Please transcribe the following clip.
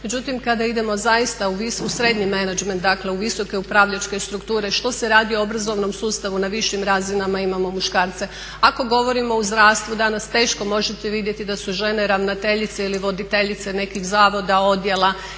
međutim, kada idemo zaista u srednji menadžment, dakle u visoke upravljačke strukture što se radi o obrazovnom sustavu na višim razinama imamo muškarce. Ako govorimo u zdravstvu, danas teško možete vidjeti da su žene ravnateljice ili voditeljice nekih zavoda, odjela